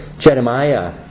Jeremiah